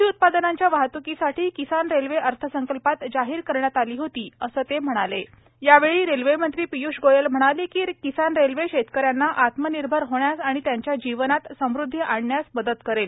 कृषी उत्पादनांच्या वाहत्कीसाठी किसान रेल्वे अर्थसंकल्पात जाहीर करण्यात आली होती असं ते म्हणाले यावेळी रेल्वेमंत्री पीयूष गोयल म्हणाले की किसान रेल्वे शेतकारींना आत्मनिर्भर होण्यास आणि त्यांच्या जीवनात समृद्धी आणण्यास मदत करेल